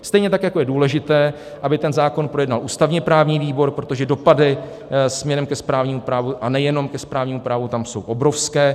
Stejně tak, jako je důležité, aby zákon projednal ústavněprávní výbor, protože dopady směrem ke správnímu právu, a nejenom ke správnímu právu, tam jsou obrovské.